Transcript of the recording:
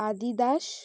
Adidas